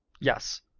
Yes